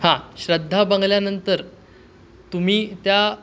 हां श्रद्धा बंगल्यानंतर तुम्ही त्या